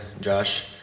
Josh